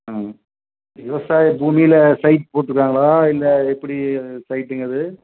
ம் விவசாய பூமியில் சைட் போட்டிருக்காங்களா இல்லை எப்படி அது சைட்டுங்கிறது